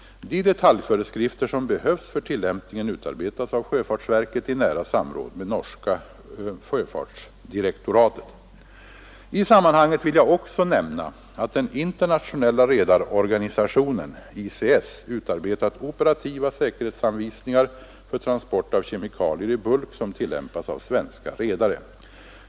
De detaljföreskrifter som behövs för tillämpningen utarbetas av sjöfartsverket i nära samråd med norska sjöfartsdirektoratet. I sammanhanget vill jag också nämna, att den internationella redarorganisationen utarbetat operativa säkerhetsanvisningar för transport av kemikalier i bulk, som tillämpas av svenska redare.